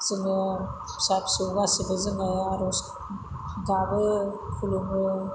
जोङो फिसा फिसौ गासैबो जोङो आर'ज गाबो खुलुमो